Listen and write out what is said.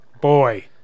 boy